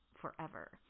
forever